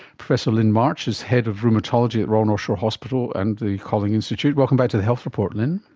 professor lyn march is head of rheumatology at royal north shore hospital and the kolling institute. welcome back to the health report, lyn.